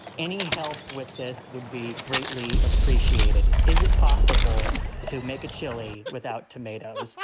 any help with this would be greatly appreciated is it possible to make a chili without tomatoes?